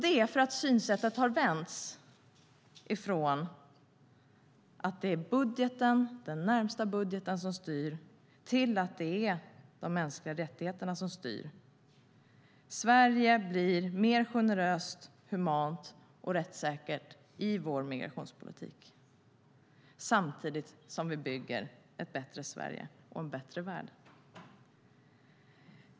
Det är för att synsättet har ändrats från att det är den närmaste budgeten som styr till att det är de mänskliga rättigheterna som styr. Sverige blir mer generöst, humant och rättssäkert med vår migrationspolitik samtidigt som vi bygger ett bättre Sverige och en bättre värld.